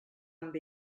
amb